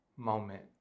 Moment